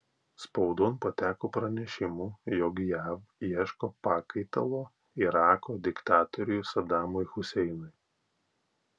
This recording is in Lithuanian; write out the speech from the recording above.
spaudon pateko pranešimų jog jav ieško pakaitalo irako diktatoriui sadamui huseinui